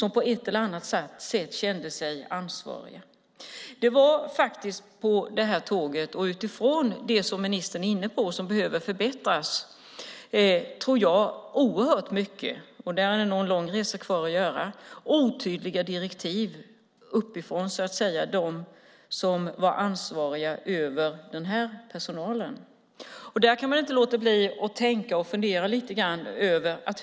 Ministern talar om saker som behöver förbättras. Jag tror att det var många otydliga direktiv från dem som var ansvariga för personalen ombord på tåget.